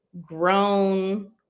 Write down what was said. grown